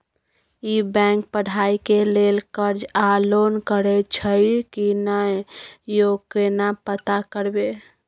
ई bank पढ़ाई के लेल कर्ज आ लोन करैछई की नय, यो केना पता करबै?